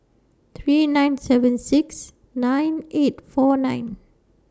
three nine seven six nine eight four nine